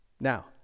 Now